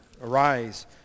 Arise